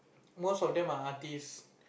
most of them are artist